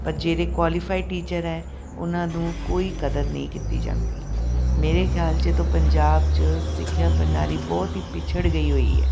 ਪਰ ਜਿਹੜੇ qualified teacher ਹੈ ਉਹਨਾਂ ਨੂੰ ਕੋਈ ਕਦਰ ਨਹੀਂ ਕੀਤੀ ਜਾਂਦੀ ਮੇਰੇ ਖਿਆਲ 'ਚ ਤੋ ਪੰਜਾਬ 'ਚ ਸਿੱਖਿਆ ਪ੍ਰਣਾਲੀ ਬਹੁਤ ਹੀ ਪਿਛੜ ਗਈ ਹੋਈ ਹੈ